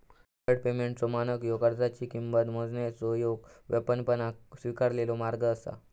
deferred पेमेंटचो मानक ह्यो कर्जाची किंमत मोजण्याचो येक व्यापकपणान स्वीकारलेलो मार्ग असा